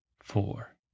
four